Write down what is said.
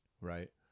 right